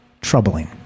troubling